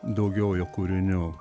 daugiau jo kūrinių